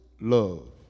love